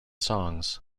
songs